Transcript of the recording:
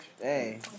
Hey